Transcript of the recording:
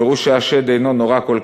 יראו שהשד אינו נורא כל כך,